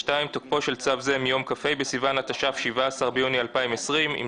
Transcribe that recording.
2. תוקפו של צו זה מיום כ"ה בסיוון התש"ף (17 ביוני 2020)" אם